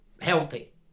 healthy